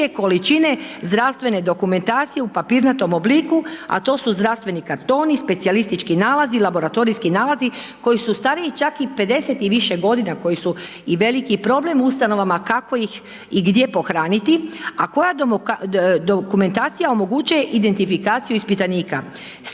količine zdravstvene dokumentacije u papirnatom obliku, a to su zdravstveni kartoni, specijalistički nalazi, laboratorijski nalazi koji su stariji čak i 50 i više godina, koji su i veliki problem ustanovama kako ih i gdje pohraniti, a koja dokumentacija omogućuje identifikaciju ispitanika.